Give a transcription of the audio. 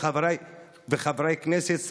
חברי כנסת,